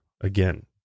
again